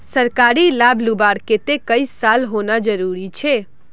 सरकारी लाभ लुबार केते कई साल होना जरूरी छे?